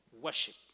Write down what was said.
worship